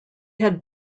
had